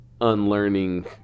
unlearning